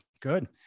Good